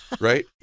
right